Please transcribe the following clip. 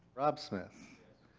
rob smith.